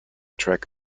track